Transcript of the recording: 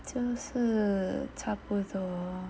就是差不多